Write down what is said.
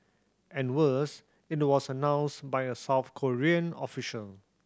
and worse it was announced by a South Korean official